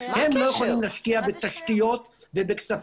הם לא יכולים להשקיע בתשתיות ובכספים